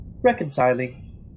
Reconciling